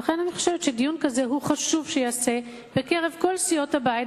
ולכן אני חושבת שדיון כזה חשוב שייעשה בקרב כל סיעות הבית,